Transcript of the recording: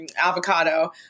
avocado